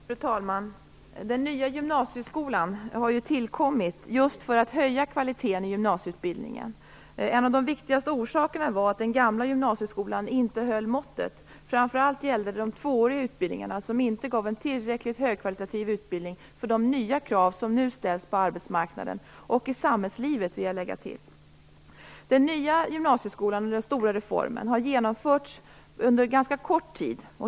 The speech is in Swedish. Fru talman! Den nya gymnasieskolan har tillkommit just för att höja kvaliteten i gymnasieutbildningen. En av de viktigaste orsakerna var att den gamla gymnasieskolan inte höll måttet. Framför allt gällde det de tvååriga utbildningarna, som inte gav en tillräckligt högkvalitativ utbildning för de nya krav som nu ställs på arbetsmarknaden och i samhällslivet, vill jag lägga till. Den stora reformen av gymnasieskolan har genomförts under ganska kort tid.